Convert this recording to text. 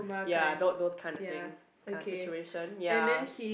ya tho~ those kind of things kinda situation ya